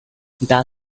the